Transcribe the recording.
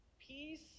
peace